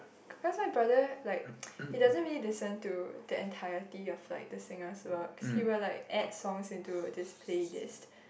cause my brother like he doesn't really listen to the entirety of like the singer's works he will like add songs into a display disc